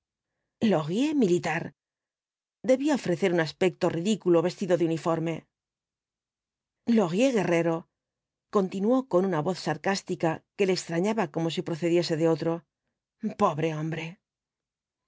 laurier militar debía ofrecer un aspecto ridículo vestido de uniforme laurier guerrero continuó con una voz sarcástica que le extrañaba como si procediese de otro pobre hombre